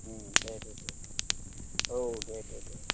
दे दे औ दे दे दे